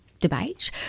Debate